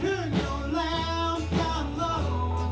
you know